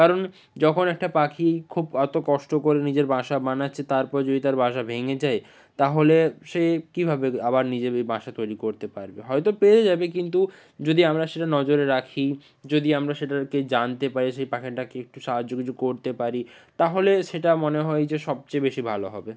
কারণ যখন একটা পাখি খুব অত কষ্ট করে নিজের বাসা বানাচ্ছে তারপর যদি তার বাসা ভেঙে যায় তাহলে সে কীভাবে আবার নিজের ওই বাসা তৈরি করতে পারবে হয়তো পেরে যাবে কিন্তু যদি আমরা সেটা নজরে রাখি যদি আমরা সেটাকে জানতে পারি সেই পাখিটাকে একটু সাহায্য কিছু করতে পারি তাহলে সেটা মনে হয় যে সবচেয়ে বেশি ভালো হবে